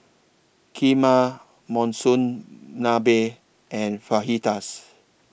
Kheema Monsunabe and Fajitas